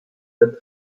der